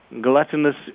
gluttonous